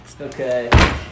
Okay